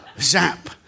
Zap